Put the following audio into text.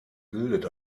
bildet